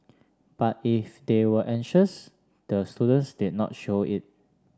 but if they were anxious the students did not show it